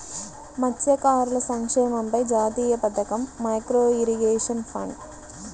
మత్స్యకారుల సంక్షేమంపై జాతీయ పథకం, మైక్రో ఇరిగేషన్ ఫండ్